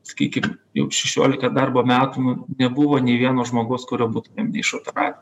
sakykim jau šešiolika darbo metų nebuvo nė vieno žmogaus kurio būtumėm neišoperavę